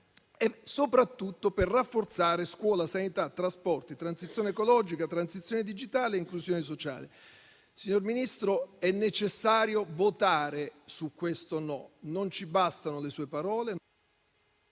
e soprattutto per rafforzare scuola, sanità, trasporti, transizione ecologica, transizione digitale e inclusione sociale. Signor Ministro, è necessario votare su questo no. Non ci bastano le sue parole.